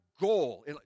goal